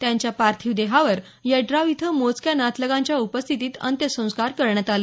त्यांच्या पार्थिव देहावर यड्राव इथं मोजक्या नातलगांच्या उपस्थितीत अंत्यसंस्कार करण्यात आले